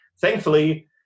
thankfully